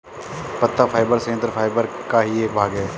पत्ता फाइबर संयंत्र फाइबर का ही एक भाग है